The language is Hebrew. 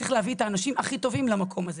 צריך להביא את האנשים הכי טובים למקום הזה.